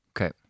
Okay